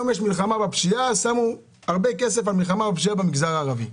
אם שמו הרבה כסף על מלחמה בפשיעה במגזר הערבי,